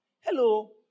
hello